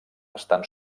estan